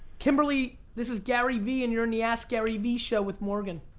kimberly, this is garyvee and you're on the askgaryvee show with morgan.